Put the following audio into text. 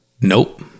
nope